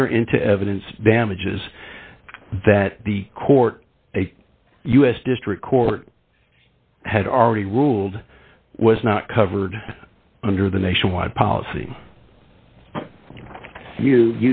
enter into evidence damages that the court a u s district court had already ruled was not covered under the nationwide policy